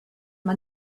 man